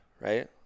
right